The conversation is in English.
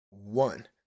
One